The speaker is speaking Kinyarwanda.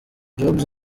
jobs